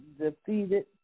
defeated